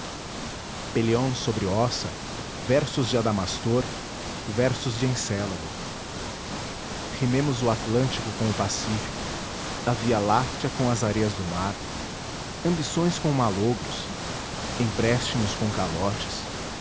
pélion sobre ossa versos de adamastor versos de encélado rimemos o atlântico com o pacífico a via-láctea com as areias do mar ambições com malogros empréstimos com calotes